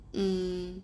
um